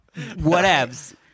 whatevs